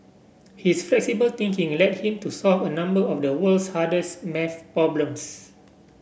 his flexible thinking led him to solve a number of the world's hardest math problems